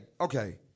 okay